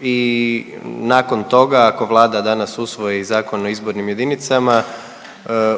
i nakon toga ako Vlada danas usvoji Zakon o izbornim jedinicama